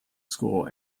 school